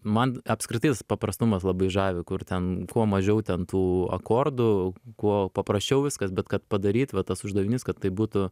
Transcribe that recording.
man apskritai s paprastumas labai žavi kur ten kuo mažiau ten tų akordų kuo paprasčiau viskas bet kad padaryt va tas uždavinys kad tai būtų